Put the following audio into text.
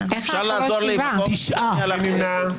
מי נמנע?